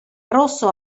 rosso